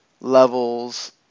levels